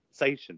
Sation